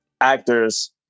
actors